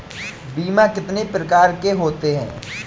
बीमा कितनी प्रकार के होते हैं?